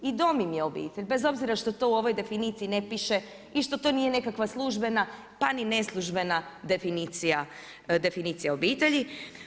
I dom im je obitelj, bez obzira što to u ovoj definiciji ne piše i što to nije nekakva službena ni neslužbena definicija obitelji.